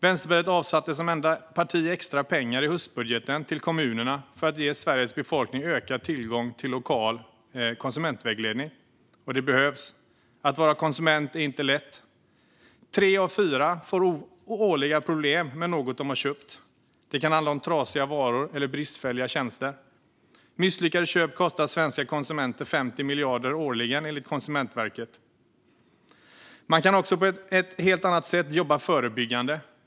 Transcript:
Vänsterpartiet avsatte som enda parti extra pengar i höstbudgeten till kommunerna för att ge Sveriges befolkning ökad tillgång till lokal konsumentvägledning. Den behövs. Att vara konsument är inte lätt. Tre av fyra får årligen problem med något de köpt. Det kan handla om trasiga varor eller bristfälliga tjänster, och misslyckade köp kostar svenska konsumenter 50 miljarder årligen enligt Konsumentverket. Man kan också på ett helt annat sätt jobba förebyggande.